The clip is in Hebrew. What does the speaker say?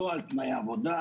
לא על תנאי עבודה,